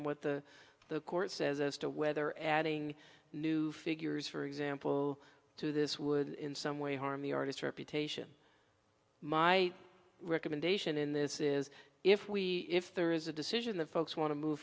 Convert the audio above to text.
and what the court says as to whether adding new figures for example to this would in some way harm the artist reputation my recommendation in this is if we if there is a decision that folks want to move